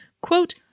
quote